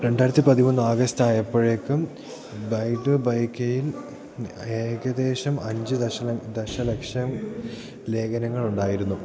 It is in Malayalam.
രണ്ടായിരത്തി പതിമൂന്ന് ആഗസ്റ്റ് ആയപ്പോഴേക്കും ബൈദു ബൈക്കെയിൽ ഏകദേശം അഞ്ച് ദശലക്ഷം ലേഖനങ്ങളുണ്ടായിരുന്നു